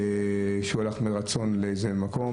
שהוא הלך מרצון לאיזה מקום.